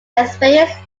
experience